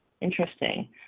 Interesting